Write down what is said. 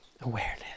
Awareness